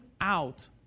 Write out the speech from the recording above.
out